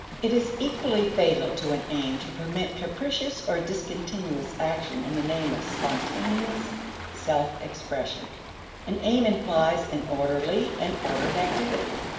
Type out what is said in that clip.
it is equally fatal to an aim to permit capricious or discontinuous action in the name of spontaneous self-expression. an aim implies an orderly and ordered activity,